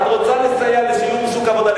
את רוצה לסייע בהשתלבות בשוק העבודה,